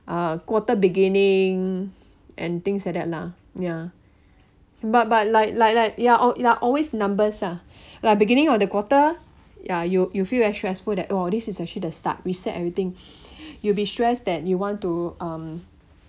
uh quarter beginning and things like that lah ya but but like like like they're al~ there are always numbers ah like beginning on the quarter ya you you feel very stressful that oh this is actually the start reset everything you'll be stressed that you want to um